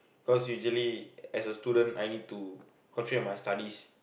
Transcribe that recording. cause usual as a student I need to concentrate my studies